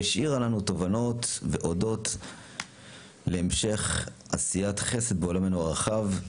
והשאירה לנו תובנות להמשך עשיית חסד בעולמנו הרחב.